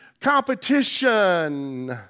competition